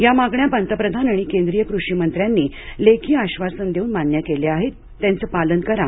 या मागण्या पंतप्रधान आणि केंद्रीय कृषिमंत्र्यांनी लेखी आश्वासन देऊन मान्य केल्या आहेत त्याचं पालन करा